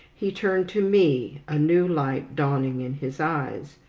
he turned to me, a new light dawning in his eyes.